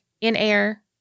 in-air